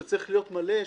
זה צריך להיות מלא.